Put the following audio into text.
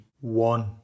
One